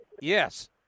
Yes